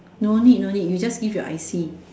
no need no need you just give your I_C